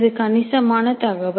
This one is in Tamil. இது கணிசமான தகவல்